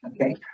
Okay